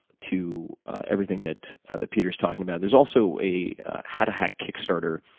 to everything that peter's talking about. there's also a how to hack kickstarter